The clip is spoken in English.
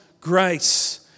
grace